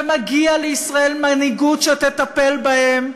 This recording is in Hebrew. ומגיעה לישראל מנהיגות שתטפל בהם,